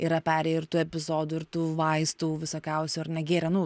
yra perėję ir tų epizodų ir tų vaistų visokiausių ar ne gėrę nu